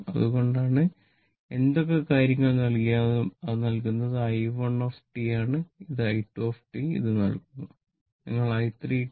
അതുകൊണ്ട് എന്തൊക്കെ കാര്യങ്ങൾ നൽകിയാലും അത് നൽകുന്നത് i1 ആണ് ഇത് i2 ഇത് നൽകുന്നു നിങ്ങൾ i3